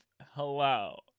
hello